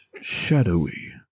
shadowy